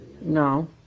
No